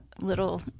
little